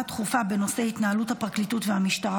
הדחופה בנושא התנהלות הפרקליטות והמשטרה